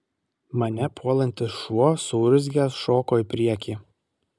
mane puolantis šuo suurzgęs šoko į priekį